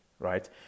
right